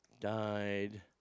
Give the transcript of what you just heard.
Died